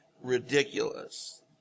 ridiculous